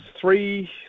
three